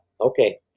okay